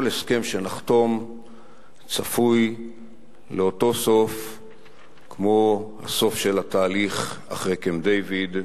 כל הסכם שנחתום צפוי לסוף כמו הסוף של התהליך אחרי קמפ-דייוויד,